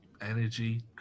energy